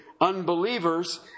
unbelievers